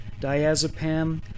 diazepam